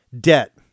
Debt